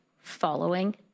following